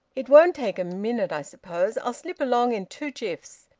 it won't take a minute, i suppose. i'll slip along in two jiffs.